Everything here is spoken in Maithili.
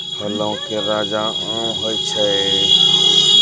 फलो के राजा आम होय छै